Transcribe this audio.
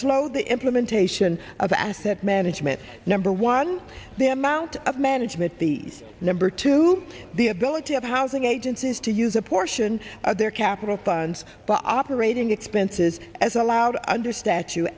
slowed the implementation of asset management number one them out of management the number two the ability of housing agencies to use a portion of their capital funds but operating expenses as allowed under statue